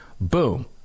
Boom